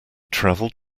travelled